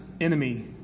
enemy